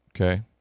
Okay